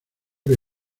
que